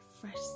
fresh